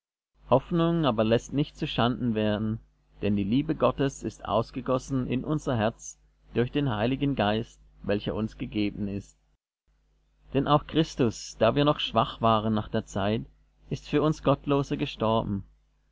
hoffnung aber läßt nicht zu schanden werden denn die liebe gottes ist ausgegossen in unser herz durch den heiligen geist welcher uns gegeben ist denn auch christus da wir noch schwach waren nach der zeit ist für uns gottlose gestorben